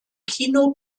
kino